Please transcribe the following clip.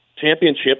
championship